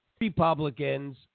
Republicans